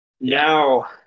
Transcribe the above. now